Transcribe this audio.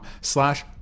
slash